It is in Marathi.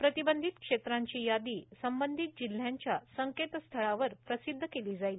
प्रतिबंधितक्षेत्रांची यादी संबंधित जिल्ह्यांच्या संकेतस्थळांवर प्रसिद्ध केली जाईल